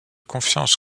confiance